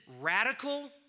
radical